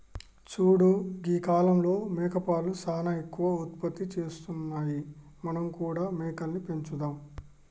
చూడు గీ కాలంలో మేకపాలు సానా ఎక్కువ ఉత్పత్తి చేస్తున్నాయి మనం కూడా మేకలని పెంచుదాం